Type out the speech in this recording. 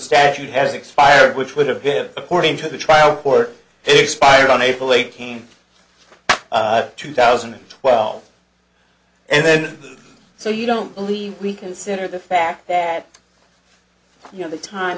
statute has expired which would have been according to the trial court expired on april eighteenth two thousand and twelve and then so you don't believe we consider the fact that you know the time